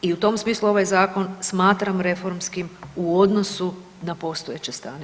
I u tom smislu ovaj zakon smatram reformskim u odnosu na postojeće stanje.